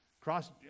cross